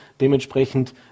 dementsprechend